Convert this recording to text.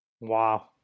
wow